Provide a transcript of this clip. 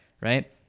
right